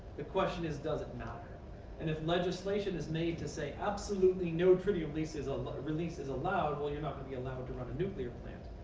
the question is, does it matter? and if legislation is made to say absolutely no tritium release is ah release is allowed, well, you're not going be allowed to run a nuclear plant.